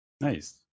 Nice